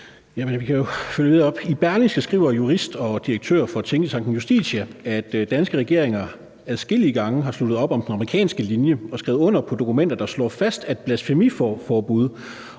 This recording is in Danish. I Berlingske skriver juristen og direktøren for tænketanken Justitia, at danske regeringer adskillige gange har sluttet op om den amerikanske linje og skrevet under på dokumenter, der slår fast, at blasfemiforbud